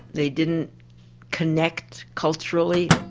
they didn't connect culturally,